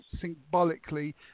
symbolically